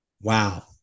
Wow